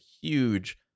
huge